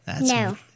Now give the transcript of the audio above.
No